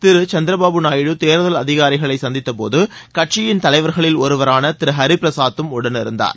திரு சந்திரபாபு நாயுடு தேர்தல் அதிகாரிகளை சந்தித்த போது கட்சியின் தலைவர்களில் ஒருவருவரான திரு ஹரிபிரசாத்தும் உடன் இருந்தார்